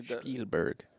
Spielberg